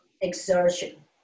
exertion